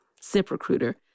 Ziprecruiter